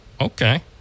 okay